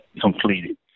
completed